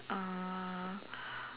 uh